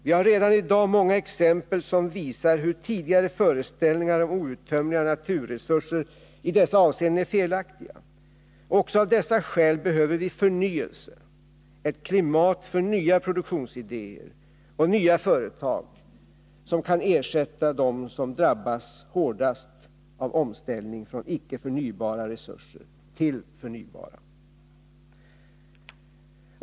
Vi har redan i dag många exempel som visar hur tidig felakti Också av dessa skäl behöver vi förnyelse, ett klimat för nya produktionsidéer och nya företag, som kan ersätta dem som drabbats hårdast ällningar om outtömliga naturresurser i dessa avseenden är av omställning från icke-förnybara resurser till förnybara.